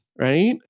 right